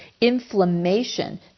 inflammation